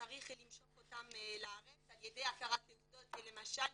וצריך למשוך אותם לארץ על ידי הכרת תעודות למשל,